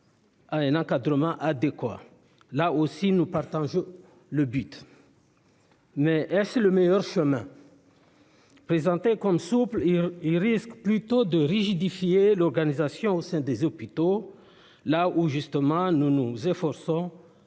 à un encadrement adéquat. Nous partageons ce but, mais est-ce le meilleur chemin ? Présenté comme souple, il risque plutôt de rigidifier l'organisation au sein des hôpitaux, là où, justement, nous nous efforçons